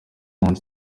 mount